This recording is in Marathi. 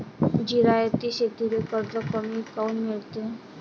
जिरायती शेतीले कर्ज कमी काऊन मिळते?